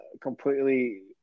completely